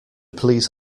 please